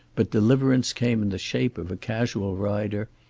but deliverance came in the shape of a casual rider,